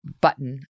button